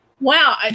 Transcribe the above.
Wow